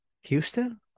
Houston